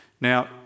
now